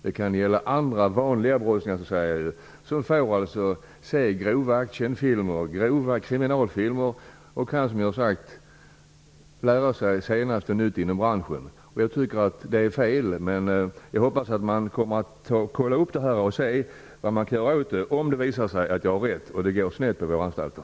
Det kan gälla andra vanliga brottslingar som får se grova action och kriminalfilmer. På det sättet kan de, som jag har sagt, lära sig senaste nytt inom branschen. Det är fel. Jag hoppas att man kommer att kolla upp detta och se vad som kan göras om det visar sig att jag har rätt och det går snett vid våra anstalter.